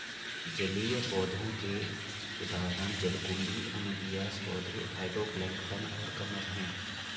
जलीय पौधों के उदाहरण जलकुंभी, अनुबियास पौधे, फाइटोप्लैंक्टन और कमल हैं